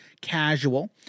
casual